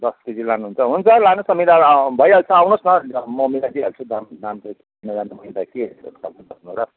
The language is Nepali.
दस केजी लानुहुन्छ हुन्छ लानुहोस् न मिलाएर भइहाल्छ आउनुहोस् न म मिलाइ दिइहाल्छु दाम त चिनाजानामा त के गर्नु र